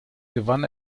gewann